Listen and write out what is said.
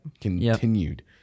continued